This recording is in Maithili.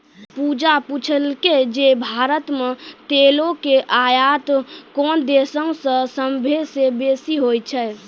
पूजा पुछलकै जे भारत मे तेलो के आयात कोन देशो से सभ्भे से बेसी होय छै?